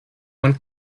one